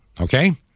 Okay